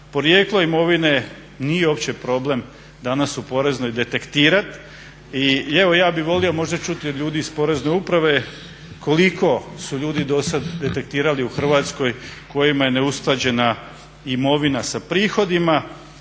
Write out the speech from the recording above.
Porijeklo imovine nije uopće problem danas u poreznoj detektirat i evo ja bih volio čuti od ljudi iz Porezne uprave koliko su ljudi dosad detektirali u Hrvatskoj kojima je neusklađena imovina sa prihodima,